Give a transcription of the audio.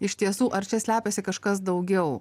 iš tiesų ar čia slepiasi kažkas daugiau